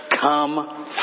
come